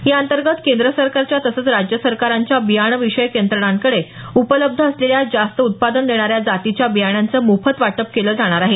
याअंतर्गत केंद्र सरकारच्या तसंच राज्य सरकारांच्या बीयाणं विषयक यंत्रणांकडे उपलब्ध असलेल्या जास्त उत्पादन देणाऱ्या जातीच्या बियाणांचं मोफत वाटप केलं जाणार आहे